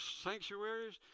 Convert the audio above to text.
sanctuaries